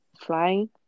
flying